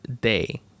day